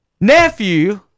nephew